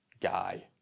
guy